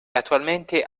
attualmente